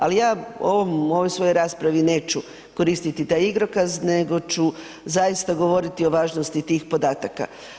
Ali ja u ovoj svojoj raspravi neću koristiti taj igrokaz, nego ću zaista govoriti o važnosti tih podataka.